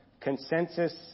consensus